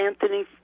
Anthony